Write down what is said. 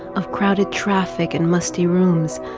of crowded traffic and musty rooms,